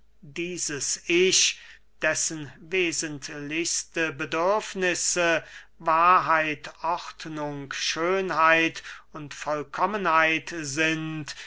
dieses ich dessen wesentlichste bedürfnisse wahrheit ordnung schönheit und vollkommenheit sind